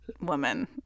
woman